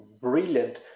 brilliant